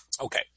Okay